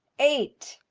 eight.